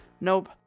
Nope